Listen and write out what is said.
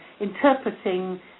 interpreting